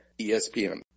ESPN